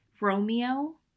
Romeo